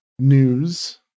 News